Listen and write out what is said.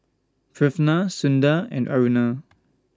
Pranav Sundar and Aruna